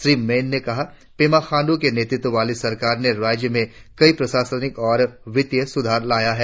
श्री मेन ने कहा पेमा खांडू के नेतृत्व वाली सरकार ने राज्य में कई प्रशासिन और वित्तीय सुधार लाया है